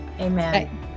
Amen